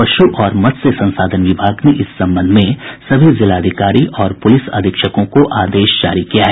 पशु और मत्स्य संसाधन विभाग ने इस संबंध में सभी जिलाधिकारी और पुलिस अधीक्षकों को आदेश जारी किया है